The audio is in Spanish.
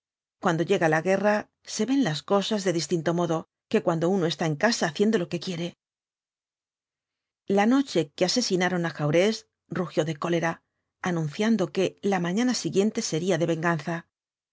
cuando llega la guerra se ven las cosas de distinto modo que cuando uno está en su casa haciendo lo que quiere la noche que asesinaron á jaurés rugió de cólera anunciando que la mañana siguiente sería de venganza